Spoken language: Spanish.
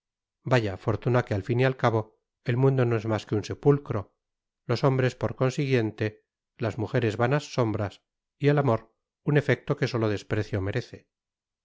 vaya fortuna que at fin y al cabo el mundo no es mas que un sepulcro los hombres por consiguiente las mujeres vanas sombras y el amor un efecto que solo desprecio merece